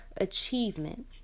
achievement